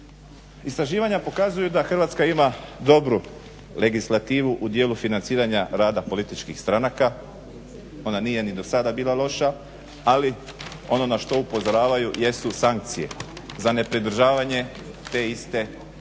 Istraživanja pokazuju da Hrvatska ima dobru legislativu u dijelu financiranja rada političkih stranaka. Ona nije bila sada loša ali ono na što upozoravaju jesu sankcije, za nepridržavanje te iste legislative.